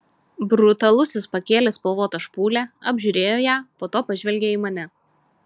brutalusis pakėlė spalvotą špūlę apžiūrėjo ją po to pažvelgė į mane